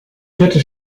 vierte